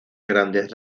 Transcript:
grandes